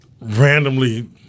randomly